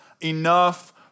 enough